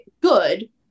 good